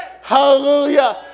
Hallelujah